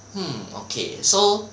hmm okay so